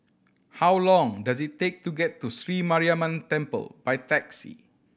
how long does it take to get to Sri Mariamman Temple by taxi